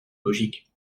logiques